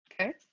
Okay